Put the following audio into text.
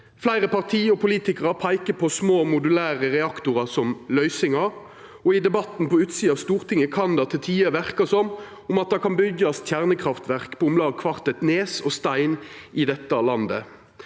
Fleire parti og politikarar peikar på små modulære reaktorar som løysinga, og i debatten på utsida av Stortinget kan det til tider verka som det kan byggjast kjernekraftverk på om lag kvart eit nes og kvar ein stein i dette landet.